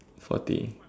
forty